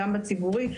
גם בציבורי,